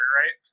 right